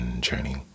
journey